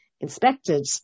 inspected